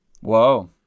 Whoa